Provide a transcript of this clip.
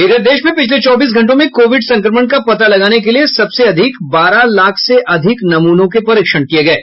इधर देश में पिछले चौबीस घंटों में कोविड संक्रमण का पता लगाने के लिए सबसे अधिक बारह लाख से अधिक नमूनों के परीक्षण हुए हैं